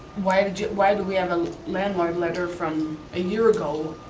why do why do we have a landlord letter from a year ago?